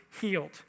healed